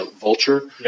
vulture